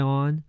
on